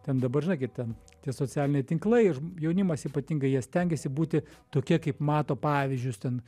ten dabar žinai kai ten tie socialiniai tinklai ir ž jaunimas ypatingai jie stengiasi būti tokie kaip mato pavyzdžius ten